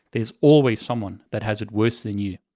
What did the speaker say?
there's always someone that has it worse than you.